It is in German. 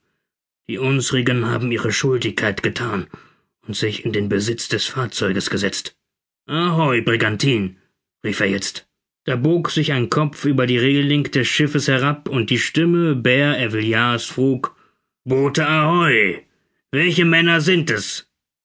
die unsrigen haben ihre schuldigkeit gethan und sich in den besitz des fahrzeuges gesetzt ahoi brigantine rief er jetzt da bog sich ein kopf über die regeling des schiffes herab und die stimme bert ervillard's frug boote ahoi welche männer sind es